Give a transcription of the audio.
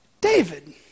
David